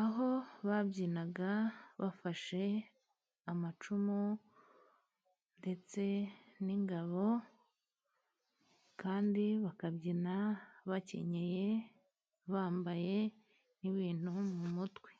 aho babyinaga bafashe amacumu, ndetse n'ingabo. Kandi bakabyina bakenyeye, bambaye nk'ibintu mu mutwe.